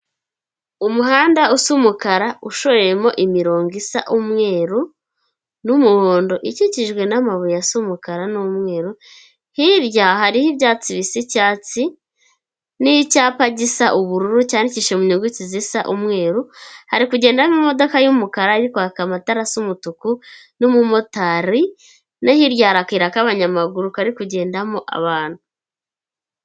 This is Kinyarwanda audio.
Umuhanda usa umukara ushoyemo imirongo isa umweru n'umuhondo, ikikijwe n'amabuye asa umukara n'umweru, hirya hariho ibyatsi bisa icyatsi n'icyapa gisa ubururu cyandikishije mu nyuguti zisa umweru, hari kugenda mo imodoka y'umukara irikwaka amatara asa umutuku, n'umumotari, no hirya hari akayira k'abanyamaguru kari kugendamo abantu.